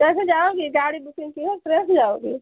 कैसे जाओगी गाड़ी बुकिंग की हो ट्रेन से जाओगी